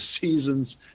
seasons